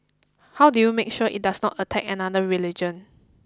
how do you make sure it does not attack another religion